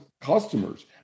customers